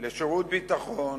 לשירות ביטחון